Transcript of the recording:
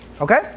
okay